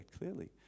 clearly